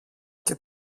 και